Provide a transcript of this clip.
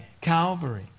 Calvary